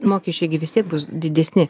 mokesčiai gi vis tiek bus didesni